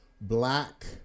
black